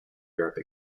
europe